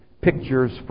pictures